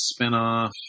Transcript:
spinoff